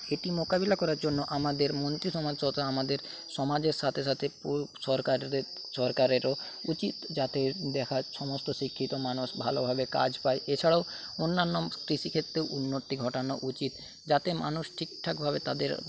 এটি মোকাবিলা করার জন্য আমাদের মন্ত্রীসমাজ তথা আমাদের সমাজের সাথে সাথে সরকারের সরকারেরও উচিত যাতে দেখা সমস্ত শিক্ষিত মানুষ ভালোভাবে কাজ পায় এছাড়াও অন্যান্য কৃষিক্ষেত্রেও উন্নতি ঘটানো উচিত যাতে মানুষ ঠিকঠাকভাবে তাদের